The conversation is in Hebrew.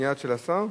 מייד, של השר?